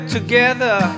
together